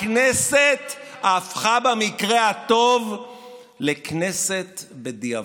הכנסת הפכה במקרה הטוב לכנסת בדיעבד.